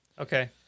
Okay